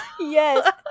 yes